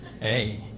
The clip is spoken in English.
Hey